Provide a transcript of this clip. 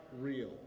real